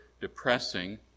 depressing